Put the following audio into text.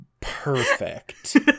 Perfect